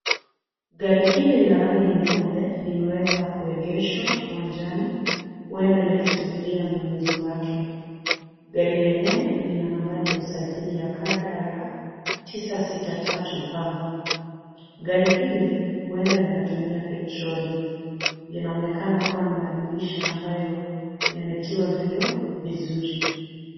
Gari hili la rangi nyeupe limeweza kuegeshwa uwanjani, huenda likisubiria mnunuzi wake. Gari lenyewe lina nambari ya usajili ya KDR 963V. Gari hili huenda linatumia petroli, linaonekana kuwa na madirisha ambayo yametiwa vioo vizuri.